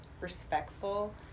respectful